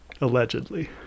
allegedly